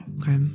Okay